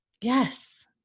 Yes